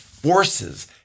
forces